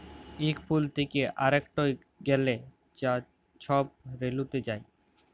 ইক ফুল থ্যাকে আরেকটয় গ্যালে যা ছব রেলুতে যায়